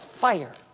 fire